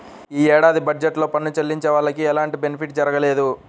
యీ ఏడాది బడ్జెట్ లో పన్ను చెల్లించే వాళ్లకి ఎలాంటి బెనిఫిట్ జరగలేదు